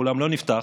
האולם לא נפתח.